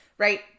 right